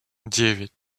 девять